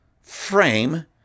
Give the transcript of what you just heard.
frame